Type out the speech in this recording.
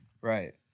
Right